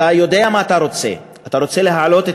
אתה יודע מה אתה רוצה: אתה רוצה להעלות את